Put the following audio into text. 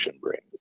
brings